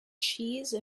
cheese